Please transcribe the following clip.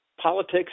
politics